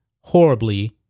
horribly